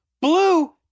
Blue